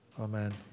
amen